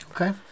Okay